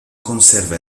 conserva